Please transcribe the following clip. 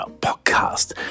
podcast